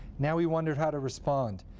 now he wondered how to respond.